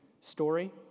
story